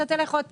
תלך שוב לקיזוז.